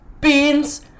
Beans